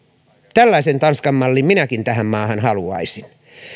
tällaisen tanskan mallin minäkin tähän maahan haluaisin